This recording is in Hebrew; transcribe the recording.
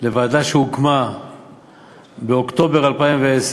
בוועדה שהוקמה באוקטובר 2010,